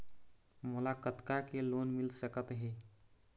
मोला कतका के लोन मिल सकत हे?